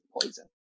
poison